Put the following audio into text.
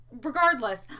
Regardless